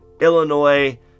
Illinois